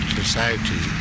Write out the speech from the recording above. society